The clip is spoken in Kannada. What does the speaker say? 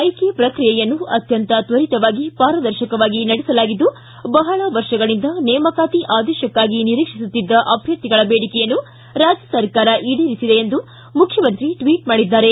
ಆಯ್ಲಿ ಪ್ರಕ್ರಿಯೆಯನ್ನು ಅತ್ಯಂತ ತ್ವರಿತವಾಗಿ ಪಾರದರ್ಶಕವಾಗಿ ನಡೆಸಲಾಗಿದ್ದು ಬಹಳ ವರ್ಷಗಳಿಂದ ನೇಮಕಾತಿ ಆದೇಶಕ್ಕಾಗಿ ನಿರೀಕ್ಷಿಸುತ್ತಿದ್ದ ಅಭ್ಯರ್ಥಿಗಳ ಬೇಡಿಕೆಯನ್ನು ರಾಜ್ಯರ್ಕಾರ ಈಡೇರಿಸಿದೆ ಎಂದು ಮುಖ್ಯಮಂತ್ರಿ ಟ್ವಿಟ್ ಮಾಡಿದ್ದಾರೆ